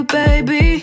baby